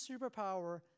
superpower